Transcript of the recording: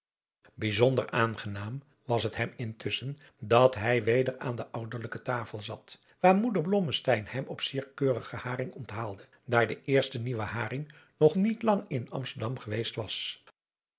bijzonder aangenaam was het hem intusschen dat hij weder aan de ouderlijke tafel zat waar moeder blommesteyn hem op zeer keurigen haring onthaalde daar de eerste nieuwe haring nog niet lang in amsterdam geweest was